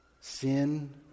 sin